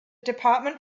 department